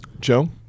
Joe